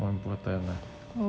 more important lah